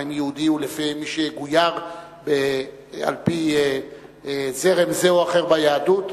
האם יהודי הוא לפי מי שגויר על-פי זרם זה או אחר ביהדות?